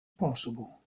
possible